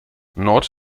nord